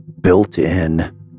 built-in